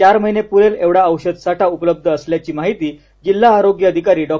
चार महिने पुरेल एवढा औषध साठा उपलब्ध असल्याची माहिती जिल्हा आरोग्य अधिकारी डॉ